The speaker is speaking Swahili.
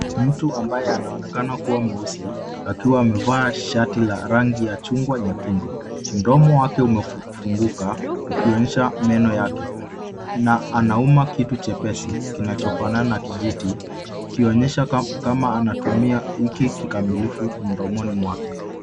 Mtu anayeonekana kuwa mweusi, akiwa amevalia shati la chungwa, nyekundu. Mdomo wake umefunguka, ukionyesha meno yake, na anauma kitu chepesi kinanachofanana na kijiti, kinaonyesha ka, kama anatumia hiki kikamilifu mdomoni mwake.